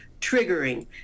triggering